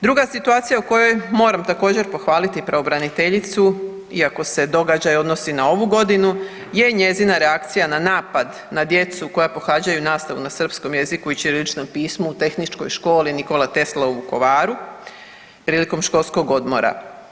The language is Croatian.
Druga situacija u kojoj moram također, pohvaliti pravobraniteljicu iako se događaj odnosi na ovu godinu je njezina reakcija na napad na djecu koja pohađaju nastavu na srpskom jeziku i ćiriličnom pismu u Tehničkoj školi Nikola Tesla u Vukovaru prilikom školskog odmora.